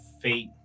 fate